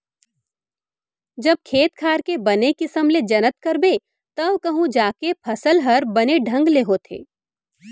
जब खेत खार के बने किसम ले जनत करबे तव कहूं जाके फसल हर बने ढंग ले होथे